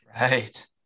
Right